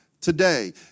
today